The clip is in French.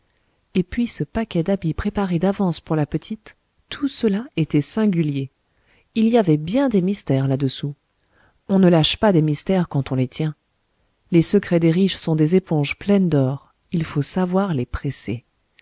et puis ce paquet d'habits préparés d'avance pour la petite tout cela était singulier il y avait bien des mystères là-dessous on ne lâche pas des mystères quand on les tient les secrets des riches sont des éponges pleines d'or il faut savoir les presser